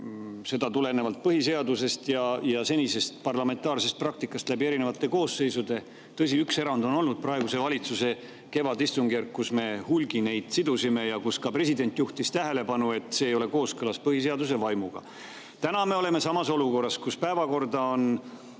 seda tulenevalt põhiseadusest ja senisest parlamentaarsest praktikast läbi erinevate koosseisude. Tõsi, üks erand on olnud: praeguse valitsuse [ajal], kevadistungjärgul, kui neid seoti hulgi. [Siis] ka president juhtis tähelepanu, et see ei ole kooskõlas põhiseaduse vaimuga. Täna me oleme samas olukorras, kus päevakorda on